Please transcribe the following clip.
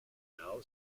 now